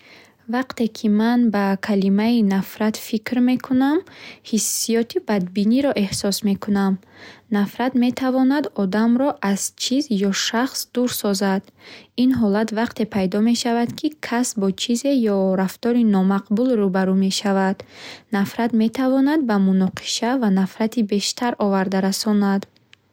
Вақте ки ман ба калимаи нафрат фикр мекунам, ҳиссиёти бадбиниро эҳсос мекунам. Нафрат метавонад одамро аз чиз ё шахс дур созад. Ин ҳолат вақте пайдо мешавад, ки кас бо чизе ё рафтори номақбул рӯбарӯ мешавад. Нафрат метавонад ба муноқиша ва нафрати бештар оварда расонад